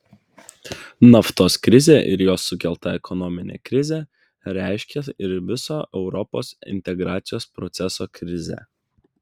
naftos krizė ir jos sukelta ekonominė krizė reiškė ir viso europos integracijos proceso krizę